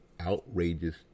outrageous